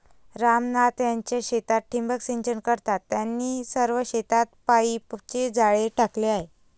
राम नाथ त्यांच्या शेतात ठिबक सिंचन करतात, त्यांनी सर्व शेतात पाईपचे जाळे टाकले आहे